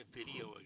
video